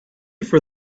for